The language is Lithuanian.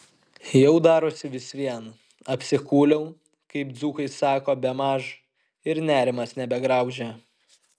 jau darosi vis vien apsikūliau kaip dzūkai sako bemaž ir nerimas nebegraužia